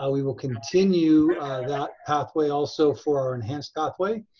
ah we will continue that pathway also for our enhanced pathway,